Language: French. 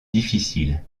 difficiles